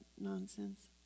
nonsense